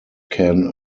can